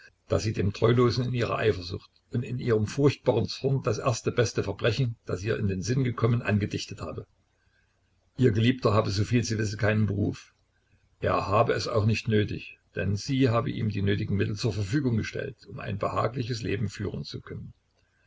daß sie dem treulosen in ihrer eifersucht und in ihrem furchtbaren zorn das erste beste verbrechen das ihr in den sinn gekommen angedichtet habe ihr geliebter habe soviel sie wisse keinen beruf er habe es auch nicht nötig denn sie habe ihm die nötigen mittel zur verfügung gestellt um ein behagliches leben führen zu können